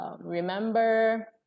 remember